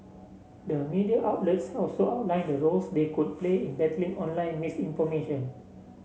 the media outlets also outlined the roles they could play in battling online misinformation